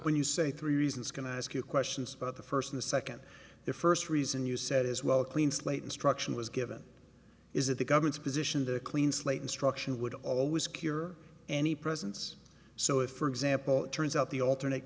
when you say three reasons going to ask you questions about the first in the second the first reason you said is well a clean slate instruction was given is that the government's position the clean slate instruction would always cure any presence so if for example it turns out the alternate